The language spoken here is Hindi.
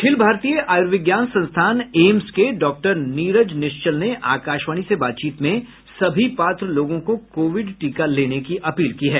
अखिल भारतीय आयुर्विज्ञान संस्थान एम्स के डॉक्टर नीरज निश्चल ने आकाशवाणी से बातचीत में सभी पात्र लोगों को कोविड टीका लेने की अपील की है